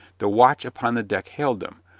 the watch upon the deck hailed them,